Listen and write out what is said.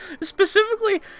specifically